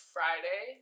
Friday